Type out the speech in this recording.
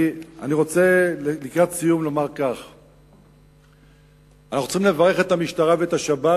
לקראת סיום אני רוצה לומר שאנחנו צריכים לברך את המשטרה ואת השב"כ,